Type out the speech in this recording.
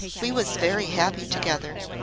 we was very happy together.